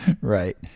Right